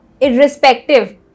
Irrespective